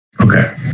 Okay